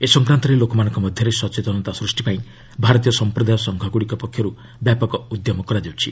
ଏ ସଂକ୍ରାନ୍ତରେ ଲୋକମାନଙ୍କ ମଧ୍ୟରେ ସଚେତନତା ସୃଷ୍ଟିପାଇଁ ଭାରତୀୟ ସମ୍ପ୍ରଦାୟ ସଂଘଗୁଡ଼ିକ ପକ୍ଷରୁ ବ୍ୟାପକ ଉଦ୍ୟମ କରାଯାଉଛି